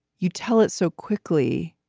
you tell it so quickly,